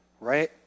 right